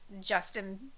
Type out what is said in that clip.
Justin